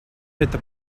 эта